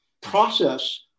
process